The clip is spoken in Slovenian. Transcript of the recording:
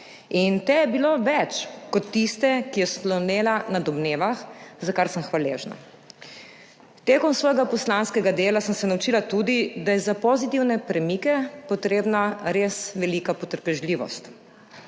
In te je bilo več kot tiste, ki je slonela na domnevah, za kar sem hvaležna. Tekom svojega poslanskega dela sem se naučila tudi, da je za pozitivne premike potrebna res velika potrpežljivost,